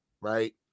right